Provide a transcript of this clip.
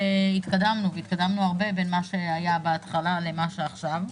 התקדמנו הרבה בין מה שהיה בהתחלה למה שעכשיו.